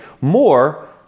more